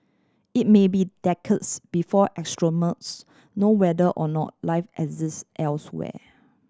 it may be decades before astronomers know whether or not life exists elsewhere